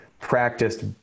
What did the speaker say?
practiced